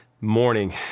morning